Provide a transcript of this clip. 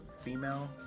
female